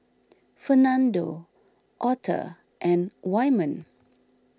Fernando Author and Wyman